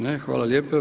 Ne, hvala lijepo.